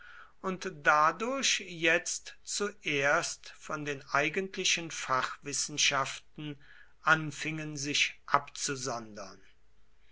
und dadurch jetzt zuerst von den eigentlichen fachwissenschaften anfingen sich abzusondern